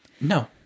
No